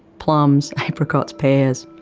plums, apricots, pears,